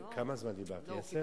כמה זמן דיברתי, עשר?